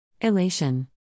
Elation